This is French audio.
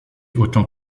autant